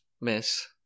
Miss